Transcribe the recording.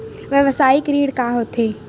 व्यवसायिक ऋण का होथे?